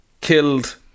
killed